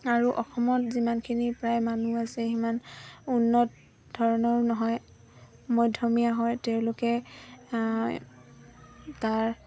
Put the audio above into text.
আৰু অসমত যিমানখিনি প্ৰায় মানুহ আছে সিমান উন্নত ধৰণৰো নহয় মধ্যমীয়া হয় তেওঁলোকে তাৰ